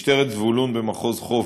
משטרת זבולון במחוז חוף,